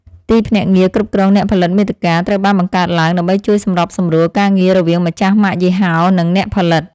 ទីភ្នាក់ងារគ្រប់គ្រងអ្នកផលិតមាតិកាត្រូវបានបង្កើតឡើង ដើម្បីជួយសម្របសម្រួលការងាររវាងម្ចាស់ម៉ាកយីហោនិងអ្នកផលិត។